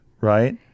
right